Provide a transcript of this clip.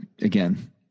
Again